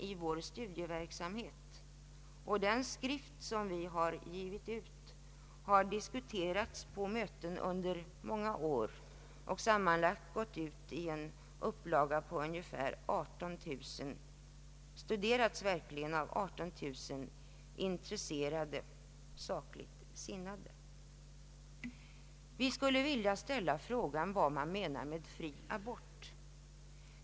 I vår studieverksamhet och i den skrift som givits ut och publicerats i 18 000 exemplar har dessa frågor verkligen ingående diskuterats. Vi skulle vilja ställa frågan vad man menar med fri abort.